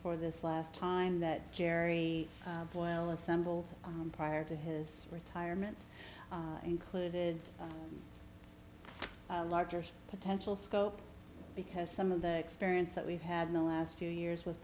for this last time that gerry boyle assembled on them prior to his retirement included a larger potential scope because some of the experience that we've had the last few years with